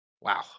Wow